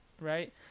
right